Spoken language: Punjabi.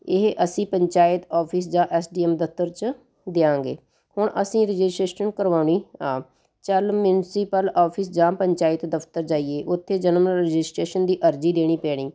ਇਹ ਅਸੀਂ ਪੰਚਾਇਤ ਆਫਿਸ ਜਾਂ ਐਸ ਡੀ ਐਮ ਦਫ਼ਤਰ 'ਚ ਦੇਵਾਂਗੇ ਹੁਣ ਅਸੀਂ ਰਜਿਸਟਰੇਸ਼ਨ ਕਰਵਾਉਣੀ ਆ ਚੱਲ ਮਿਊਂਸੀਪਲ ਆਫਿਸ ਜਾਂ ਪੰਚਾਇਤ ਦਫ਼ਤਰ ਜਾਈਏ ਉੱਥੇ ਜਨਮ ਰਜਿਸਟਰੇਸ਼ਨ ਦੀ ਅਰਜੀ ਦੇਣੀ ਪੈਣੀ